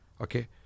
okay